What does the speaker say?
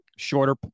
shorter